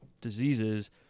diseases